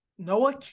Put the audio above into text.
Noah